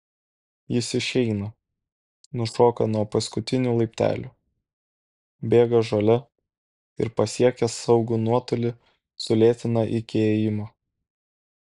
jis išeina nušoka nuo paskutinių laiptelių bėga žole ir pasiekęs saugų nuotolį sulėtina iki ėjimo